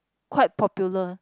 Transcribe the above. quite popular